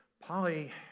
Polly